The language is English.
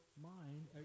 mind